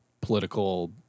political